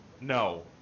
No